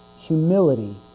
humility